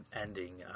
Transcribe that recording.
ending